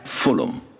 Fulham